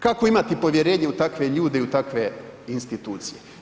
Kako imati povjerenja u takve ljude i u takve institucije?